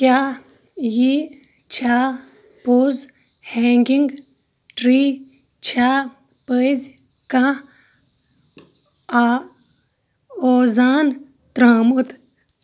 کیٛاہ یہِ چھا پوٚز ہینٛگِنٛگ ٹرٛی چھَا پٔزۍ کانٛہہ آ اوٚزان ترٛوومُت